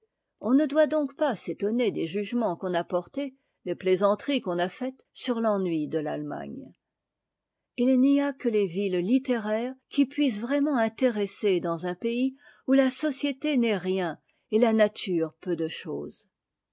on ne doit donc pas s'étonner des jugements qu'on a portés des plaisanteries qu'on a faites sur l'ennui de l'allemagne i n'y a que les villes littéraires qui puissent vraiment intéresser dans un pays où la société n'est rien et la nature peu de chose